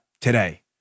today